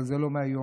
אבל זה לא מהיום,